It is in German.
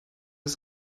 ist